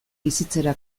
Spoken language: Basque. bizitzera